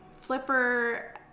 Flipper